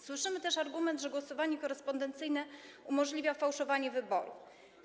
Słyszymy też argument, że głosowanie korespondencyjne umożliwia fałszowanie wyborów.